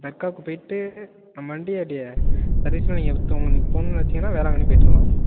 தர்க்காவுக்கு போய்விட்டு நீங்கள் போகணுன்னு நினச்சிங்கனா வேளாங்கண்ணி போய்விட்டு வரலாம்